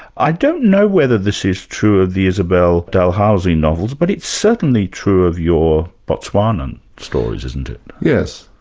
i don't know whether this is true of the isabel dalhousie novels but it's certainly true of your botswanan stories, isn't it? yes.